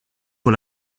con